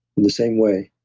in the same way,